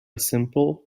simple